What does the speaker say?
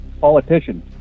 politician